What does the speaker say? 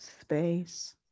space